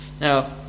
Now